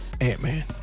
ant-man